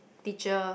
teacher